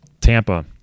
Tampa